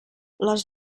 les